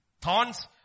thorns